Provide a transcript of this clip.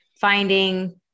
finding